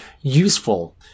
useful